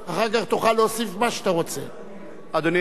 אדוני היושב-ראש, חברי הכנסת, כבוד השרים,